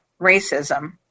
racism